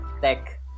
tech